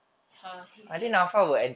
!huh! he slept